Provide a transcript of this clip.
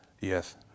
Yes